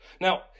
Now